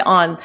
on